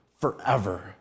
forever